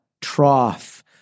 trough